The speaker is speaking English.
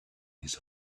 his